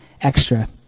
extra